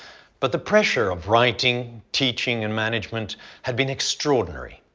but the pressure of writing, teaching and management had been extraordinary.